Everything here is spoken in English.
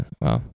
Wow